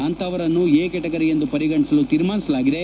ಅಂತಹವರನ್ನು A category ಎಂದು ಪರಿಗಣಿಸಲು ತೀರ್ಮಾನಿಸಲಾಗಿದೆ